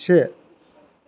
से